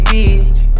Beach